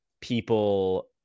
people